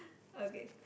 okay